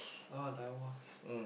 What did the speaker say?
oh divorce